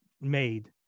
made